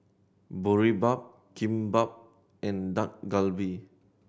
Boribap Kimbap and Dak Galbi